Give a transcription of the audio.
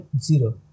zero